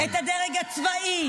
----- את הדרג הצבאי,